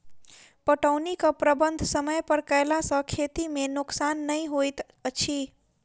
पटौनीक प्रबंध समय पर कयला सॅ खेती मे नोकसान नै होइत अछि